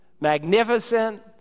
magnificent